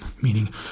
meaning